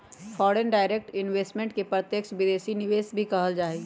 foreign direct investment के प्रत्यक्ष विदेशी निवेश भी कहल जा हई